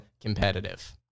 competitive